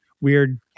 weird